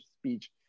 speech